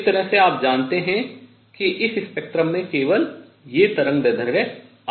इस तरह से आप जानते हैं कि इस स्पेक्ट्रम में केवल ये तरंगदैर्ध्य आते हैं